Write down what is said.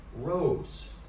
robes